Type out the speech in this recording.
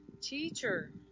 teacher